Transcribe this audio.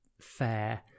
fair